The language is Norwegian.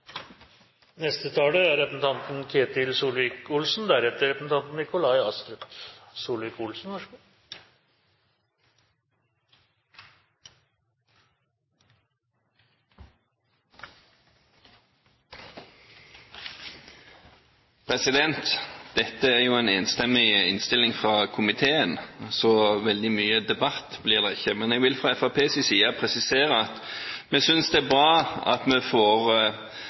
Dette er en enstemmig innstilling fra komiteen, så så veldig mye debatt blir det ikke. Men jeg vil fra Fremskrittspartiets side presisere at vi synes det er bra at vi får